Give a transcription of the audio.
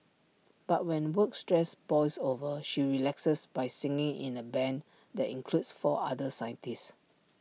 but when work stress boils over she relaxes by singing in the Band that includes four other scientists